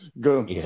Go